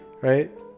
right